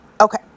okay